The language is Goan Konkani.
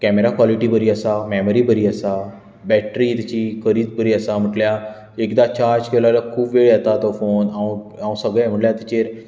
कॅमरा कॉलिटी बरी आसा मॅमरी बरी आसा बॅटरी ताची खरीच बरी आसा म्हणल्यार एकदां चार्ज केल्यार खूब वेळ येता तो फोन हांव सगळें म्हणल्यार ताचेर